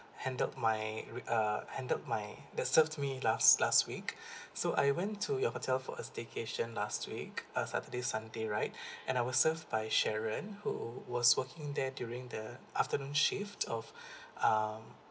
handled my re~ err handled my that served me last last week so I went to your hotel for a staycation last week uh saturday sunday right and I was served by sharon who was working there during the afternoon shift of um